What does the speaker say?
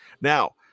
now